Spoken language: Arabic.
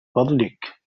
فضلك